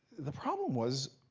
the problem was,